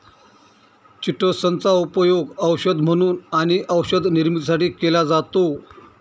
chitosan चा उपयोग औषध म्हणून आणि औषध निर्मितीसाठी केला जातो